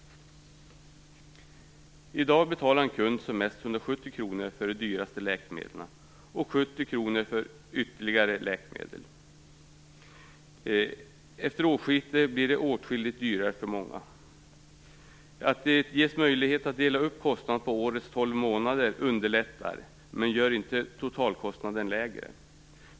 I dag betalar en kund som mest 170 kr för det dyraste läkemedlet och 70 kr för ytterligare läkemedel. Efter årsskiftet blir det åtskilligt dyrare för många. Att det ges möjlighet att dela upp kostnaderna på årets tolv månader underlättar, men gör inte totalkostnaden lägre.